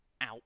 out